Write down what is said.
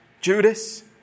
Judas